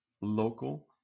local